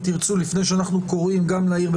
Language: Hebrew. אם תרצו לפני שאנחנו קוראים גם להעיר,